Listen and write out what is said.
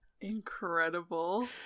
Incredible